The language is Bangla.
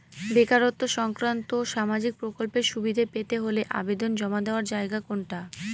বেকারত্ব সংক্রান্ত সামাজিক প্রকল্পের সুবিধে পেতে হলে আবেদন জমা দেওয়ার জায়গা কোনটা?